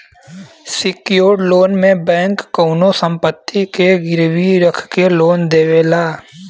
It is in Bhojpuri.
सेक्योर्ड लोन में बैंक कउनो संपत्ति के गिरवी रखके लोन देवला